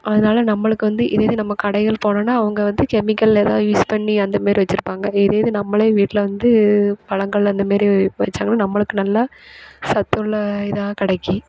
அதனால் நம்பளுக்கு வந்து இதே இது நம்ம கடைகளுக்கு போனோன்னா அவங்க வந்து கெமிக்கலில் எதா யூஸ் பண்ணி அந்த மாரி வச்சுருப்பாங்க இதே இது நம்பளே வீட்டில் வந்து பழங்கள் அந்த மாரி இப்போ வச்சாங்கன்னா நம்பளுக்கு நல்ல சத்துள்ள இதாக கிடைக்கிம்